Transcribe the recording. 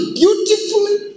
beautifully